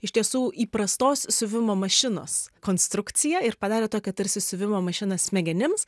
iš tiesų įprastos siuvimo mašinos konstrukcija ir padarė tokią tarsi siuvimo mašiną smegenims